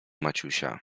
maciusia